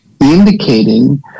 indicating